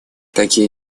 такие